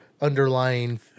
underlying